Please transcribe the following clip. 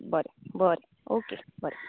बरें बरें ओके बरें